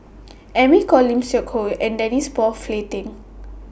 Amy Khor Lim Seok Hui and Denise Phua Flay Teng